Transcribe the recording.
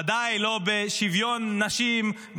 וודאי לא בשוויון לנשים,